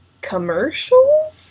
commercial